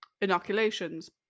inoculations